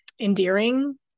endearing